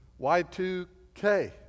Y2K